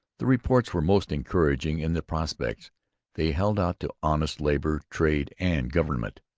the reports were most encouraging in the prospects they held out to honest labour, trade, and government.